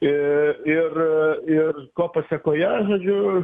i ir ir ko pasekoje žodžiu